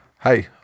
Hey